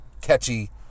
catchy